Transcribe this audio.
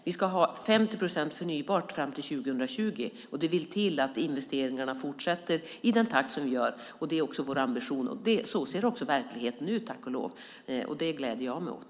Vi ska ha 50 procent förnybart 2020. Det vill till att investeringarna fortsätter i den takt som sker. Det är vår ambition, och så ser också verkligheten ut, tack och lov. Det gläder jag mig åt.